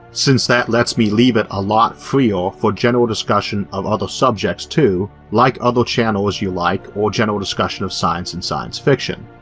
since that lets me leave it a lot freer for general discussion of other subjects too like other channels you like or general discussion of science and science fiction.